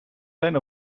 zijn